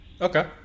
Okay